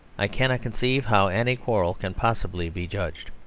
i cannot conceive how any quarrel can possibly be judged.